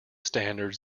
standards